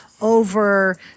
over